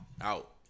out